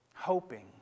Hoping